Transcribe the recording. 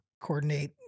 coordinate